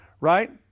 right